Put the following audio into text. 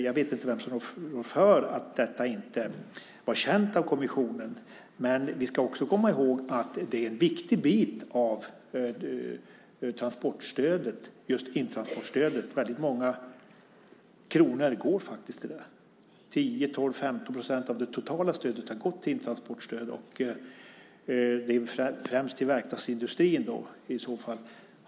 Jag vet inte vem som rår för att detta inte var känt av kommissionen, men vi ska också komma ihåg att intransportstödet är en viktig bit av transportstödet. Väldigt många kronor går faktiskt till det. 10-15 procent av det totala stödet har gått till intransportstöd och då främst till verkstadsindustrin.